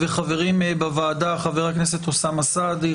וחברים בוועדה: חבר הכנסת אוסמה סעדי,